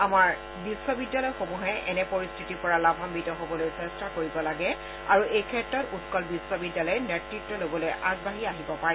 আমাৰ বিশ্ববিদ্যালয় সমূহে এনে পৰিস্থিতিৰ পৰা লাভান্নিত হবলৈ চেষ্টা কৰিব লাগে আৰু এই ক্ষেত্ৰত উৎকল বিশ্ববিদ্যালয়ে নেতত্ব লবলৈ আগবাঢ়ি আহিব পাৰে